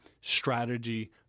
strategy